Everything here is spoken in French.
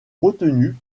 retenu